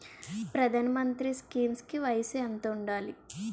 ప్రధాన మంత్రి స్కీమ్స్ కి వయసు ఎంత ఉండాలి?